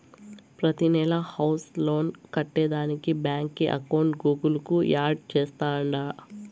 ప్రతినెలా house loan కట్టేదానికి బాంకీ అకౌంట్ గూగుల్ కు యాడ్ చేస్తాండా